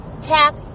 Tap